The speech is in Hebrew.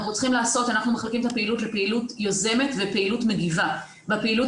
אנחנו מחלקים את הפעילות לפעילות יוזמת ופעילות מגיבה והפעילות